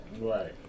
Right